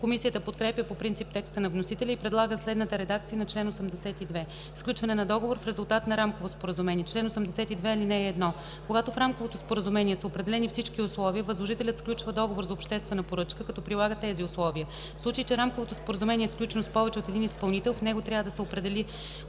Комисията подкрепя по принцип текста на вносителя и предлага следната редакция на чл. 82: „Сключване на договор в резултат на рамково споразумение Чл. 82. (1) Когато в рамковото споразумение са определени всички условия, възложителят сключва договор за обществена поръчка, като прилага тези условия. В случай че рамковото споразумение е сключено с повече от един изпълнител, в него трябва да са определени